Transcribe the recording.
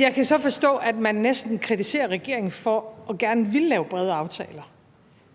jeg kan så forstå, at man gerne vil kritisere regeringen for gerne at ville lave brede aftaler,